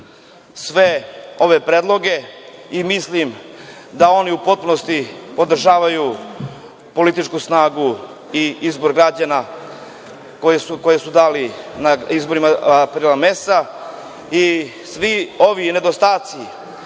sve ove predloge i mislim da oni u potpunosti održavaju političku snagu i izbor građana koji su dali na izborima aprila meseca i svi ovi nedostaci